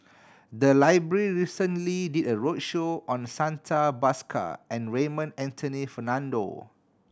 the library recently did a roadshow on Santha Bhaskar and Raymond Anthony Fernando